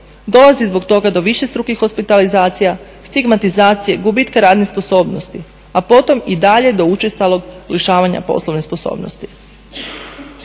Dolazi zbog toga do višestrukih hospitalizacija, stigmatizacije, gubitka radne sposobnosti a potom i dalje do učestalog lišavanja poslovne sposobnosti.